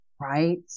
Right